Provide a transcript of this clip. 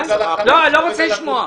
אני לא רוצה לשמוע.